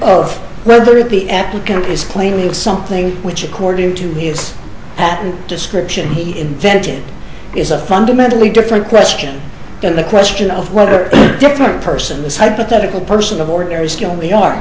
of whether it be applicant is playing something which according to its patent description he invented is a fundamentally different question than the question of whether different persons hypothetical person of ordinary skill we are